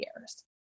years